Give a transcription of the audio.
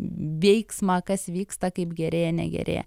veiksmą kas vyksta kaip gerėja negerėja